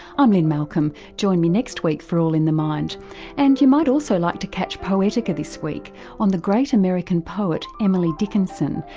i'm lynne malcolm. join me next week for all in the mind and you might also like to catch poetica this week on the great american poet emily dickinson.